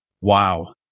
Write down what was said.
Wow